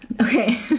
Okay